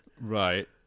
Right